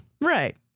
Right